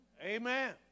Amen